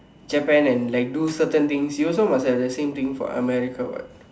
Japan and like do certain things you also must have the same thing for America what